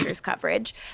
coverage